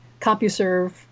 CompuServe